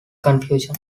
confusion